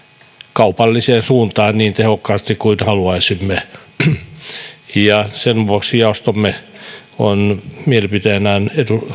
kaupalliseen suuntaan niin tehokkaasti kuin haluaisimme sen vuoksi jaostomme on mielipiteenään